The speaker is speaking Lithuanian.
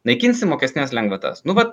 naikinsim mokestines lengvatas nu vat